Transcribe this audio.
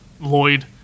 Lloyd